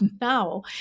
now